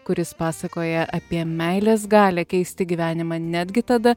kuris pasakoja apie meilės galią keisti gyvenimą netgi tada